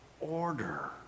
order